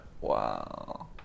Wow